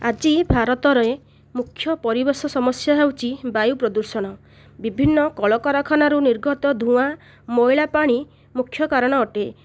ଆଜି ଭାରତରେ ମୁଖ୍ୟ ପରିବେଶ ସମସ୍ୟା ହେଉଛି ବାୟୁ ପ୍ରଦୂଷଣ ବିଭିନ୍ନ କଳକାରଖାନାରୁ ନିର୍ଗତ ଧୂଆଁ ମଇଳା ପାଣି ମୁଖ୍ୟ କାରଣ ଅଟେ